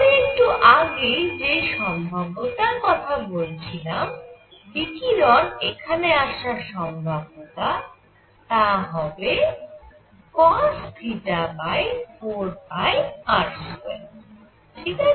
আমি একটু আগে যেই সম্ভাব্যতার কথা বলছিলাম বিকিরণ এখানে আসার সম্ভাব্যতা তা হবে cosθ4πr2 ঠিক আছে